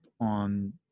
on